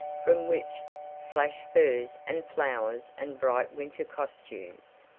from which flashed furs and flowers and bright winter costumes.